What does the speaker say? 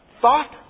thought